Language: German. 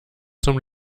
zum